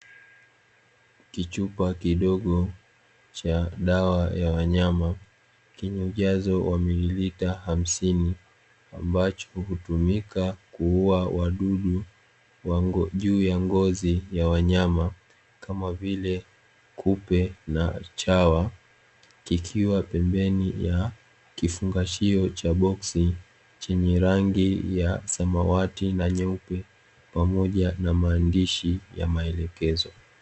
Kichupa kidogo cha dawa ya wanyama kenye ujazo wa mili lita hamsini, ambacho hukutumika kuua wadudu wa juu ya ngozi ya wanyama kama vile kupe na chawa kikiwa pembeni ya kifungashio cha boksi chenye rangi ya samawati na nyeupe pamoja na maandishi ya maelekezo.